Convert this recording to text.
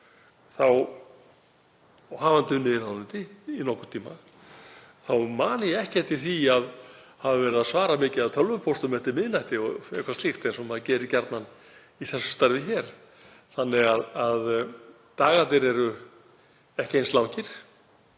að hafa unnið ráðuneyti í nokkurn tíma man ég ekki eftir því að hafa verið að svara miklu af tölvupóstum eftir miðnætti og eitthvað slíkt, eins og maður gerir gjarnan í þessu starfi hér. Þannig að dagarnir eru ekki eins langir